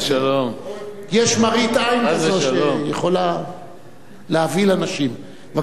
יש מראית עין כזאת שיכולה להבהיל אנשים.